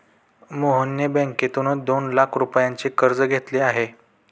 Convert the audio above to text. मोहनने बँकेतून दोन लाख रुपयांचे कर्ज घेतले आहे